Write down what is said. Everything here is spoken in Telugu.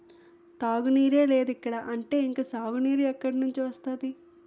తాగునీరే లేదిక్కడ అంటే ఇంక సాగునీరు ఎక్కడినుండి వస్తది?